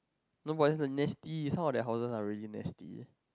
no but that is the nasty some of their houses are really nasty